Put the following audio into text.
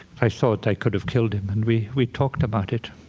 i thought i could have killed him and we we talked about it,